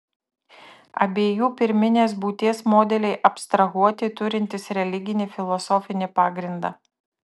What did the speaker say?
abiejų pirminės būties modeliai abstrahuoti turintys religinį filosofinį pagrindą